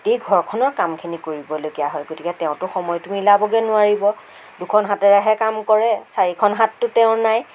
গোটেই ঘৰখনৰ কামখিনি কৰিবলগীয়া হয় গতিকে তেওঁটো সময়টো মিলাবগৈ নোৱাৰিব দুখন হাতেৰেহে কাম কৰে চাৰিখন হাতটো তেওঁৰ নাই